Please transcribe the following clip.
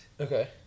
Okay